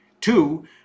Two